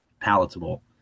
palatable